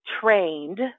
trained